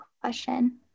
question